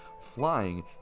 flying